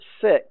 six